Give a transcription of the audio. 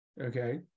okay